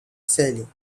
sailing